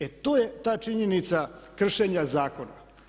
E to je ta činjenica kršenja zakona.